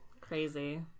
Crazy